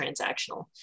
transactional